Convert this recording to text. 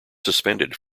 suspended